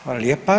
Hvala lijepa.